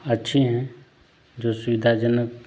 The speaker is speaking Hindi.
अच्छी हैं जो सुविधाजनक